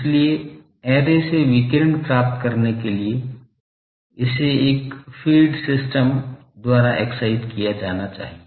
इसलिए ऐरे से विकिरण प्राप्त करने के लिए इसे एक फेड सिस्टम द्वारा एक्साइट किया जाना चाहिए